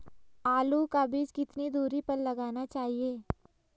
आलू का बीज कितनी दूरी पर लगाना चाहिए?